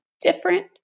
different